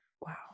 wow